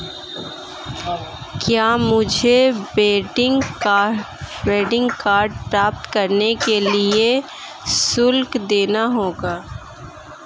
क्या मुझे debit card प्राप्त करने के लिए शुल्क देना होगा?